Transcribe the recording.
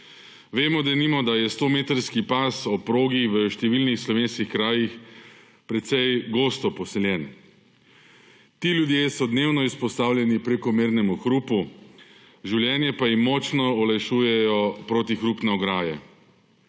denimo, da je 100-metrski pas ob progi v številnih slovenskih krajih precej gosto poseljen. Ti ljudje so dnevno izpostavljeni prekomernemu hrupu, življenje pa jim močno olajšujejo protihrupne ograje.